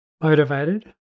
motivated